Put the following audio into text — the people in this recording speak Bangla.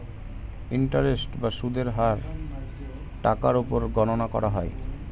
ইন্টারেস্ট বা সুদের হার টাকার উপর গণনা করা হয়